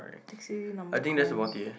taxi number correct